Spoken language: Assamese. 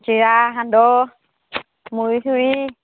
চিৰা সান্দহ মুড়ি চুড়ি